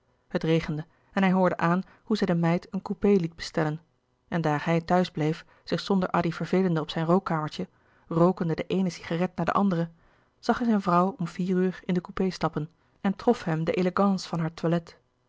het regende en hij hoorde aan hoe zij de meid een coupé liet bestellen en daar hij thuis bleef zich zonder addy vervelende op zijn rookkamertje rookende de eene cigarette na de andere zag hij zijn vrouw om vier uur in den coupé stappen en trof hem de elegance van haar toilet